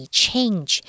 change